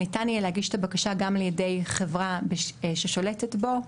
שניתן יהיה להגיש את הבקשה גם לידי חברה ששולטת בו,